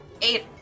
Eight